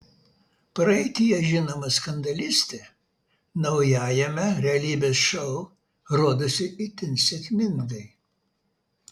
praeityje žinoma skandalistė naujajame realybės šou rodosi itin sėkmingai